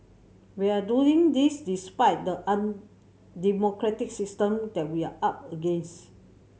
we are doing this despite the undemocratic system that we are up against